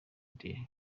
dieu